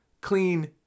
clean